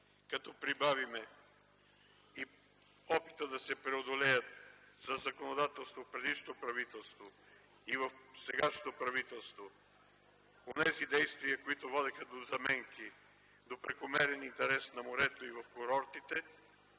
Като прибавиме и опита да се преодолеят – със законодателство предишното правителство и в сегашното правителство, онези действия, които водеха до заменки, до прекомерен интерес на морето и в курортите,